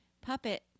puppet